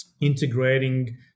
integrating